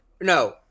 No